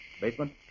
Basement